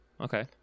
Okay